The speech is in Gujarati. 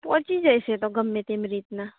પહોંચી જઈશ એતો હ ગમે તેમ રીત ના